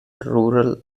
rural